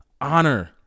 honor